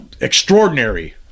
extraordinary